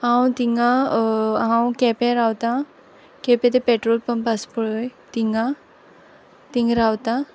हांव तिंगा हांव केपें रावतां केपें तें पेट्रोल पंप आस पळय तिंगा तींग रावतां